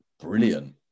brilliant